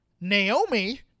Naomi